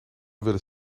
willen